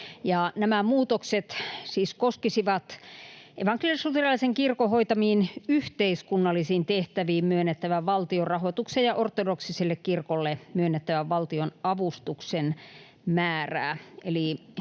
Nämä muutokset siis koskisivat evankelis-luterilaisen kirkon hoitamiin yhteiskunnallisiin tehtäviin myönnettävän valtionrahoituksen ja ortodoksiselle kirkolle myönnettävän valtionavustuksen määrää.